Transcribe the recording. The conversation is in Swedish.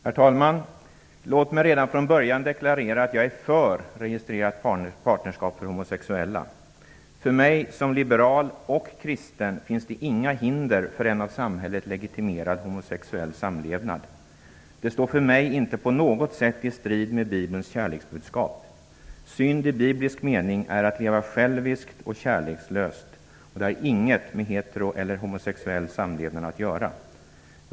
Herr talman! Låt mig redan från början deklarera att jag är för ett registrerat partnerskap för homosexuella. För mig som liberal och kristen finns det inga hinder för en av samhället legitimerad homosexuell samlevnad. Det står för mig inte på något sätt i strid med Bibelns kärleksbudskap. Synd i biblisk mening är att leva själviskt och kärlekslöst. Det har inget med hetero eller homosexuell samlevnad att göra.